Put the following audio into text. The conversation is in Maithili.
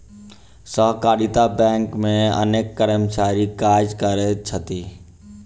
सहकारिता बैंक मे अनेक कर्मचारी काज करैत छथि